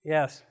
Yes